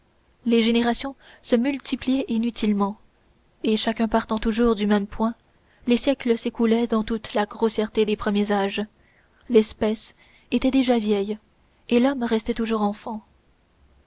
les générations se multipliaient inutilement et chacune partant toujours du même point les siècles s'écoulaient dans toute la grossièreté des premiers âges l'espèce était déjà vieille et l'homme restait toujours enfant